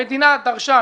המדינה דרשה,